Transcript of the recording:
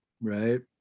Right